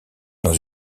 dans